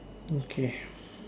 okay